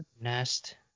nest